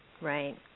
Right